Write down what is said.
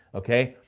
okay.